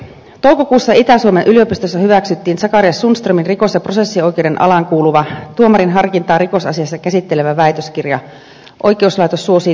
toukokuussa itä suomen yliopistossa hyväksyttiin zacharias sundströmin rikos ja prosessioikeuden alaan kuuluva tuomarin harkintaa rikosasiassa käsittelevä väitöskirja oikeuslaitos suosii tutkitusti valtiota